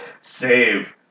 Save